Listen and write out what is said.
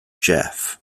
jeff